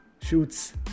Shoots